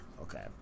Okay